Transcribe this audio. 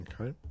Okay